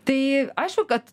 tai aišku kad